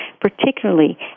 particularly